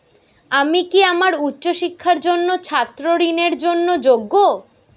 আমি কি আমার উচ্চ শিক্ষার জন্য ছাত্র ঋণের জন্য যোগ্য?